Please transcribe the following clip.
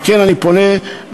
על כן אני פונה אליכם,